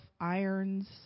irons